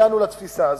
הגענו לתפיסה הזאת?